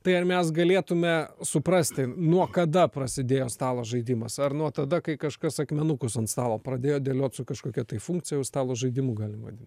tai ar mes galėtume suprasti nuo kada prasidėjo stalo žaidimas ar nuo tada kai kažkas akmenukus ant stalo pradėjo dėliot su kažkokia tai funkcij jau stalo žaidimų galim vadin